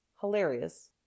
hilarious